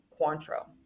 Cointreau